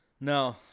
No